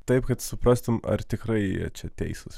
taip kad suprastum ar tikrai jie čia teisūs